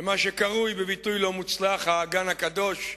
במה שקרוי בביטוי לא מוצלח "האגן הקדוש",